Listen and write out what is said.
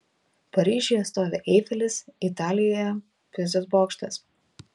paryžiuje stovi eifelis italijoje pizos bokštas